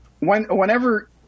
whenever